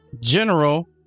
general